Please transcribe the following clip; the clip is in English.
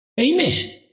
Amen